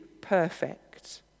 perfect